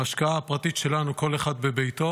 ההשקעה הפרטית שלנו, כל אחד בביתו